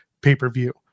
pay-per-view